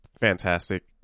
fantastic